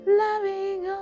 loving